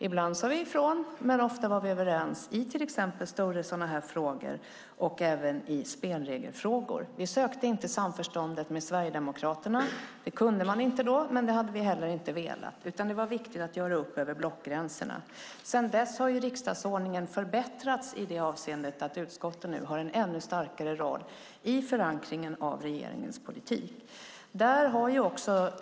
Ibland sade vi ifrån, men ofta var vi överens i till exempel större sådana här frågor och även i spelregelsfrågor. Vi sökte inte samförstånd med Sverigedemokraterna då. Det kunde man inte då, men vi hade inte heller velat det. Det var viktigt att göra upp över blockgränsen. Sedan dess har riksdagsordningen förbättrats i det avseendet att utskotten nu har en ännu starkare roll i förankringen av regeringens politik.